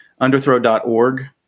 underthrow.org